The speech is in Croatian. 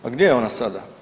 Pa gdje je ona sada?